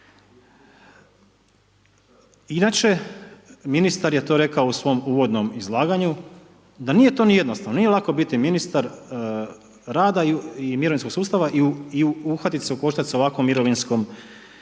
Inače, ministar je to rekao u svom uvodnom izlaganju, da nije to ni jednostavno, nije lako biti ministar rada i mirovinskog sustava, i uhvatit se u koštac sa ovakvom mirovinskom